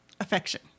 affection